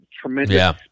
Tremendous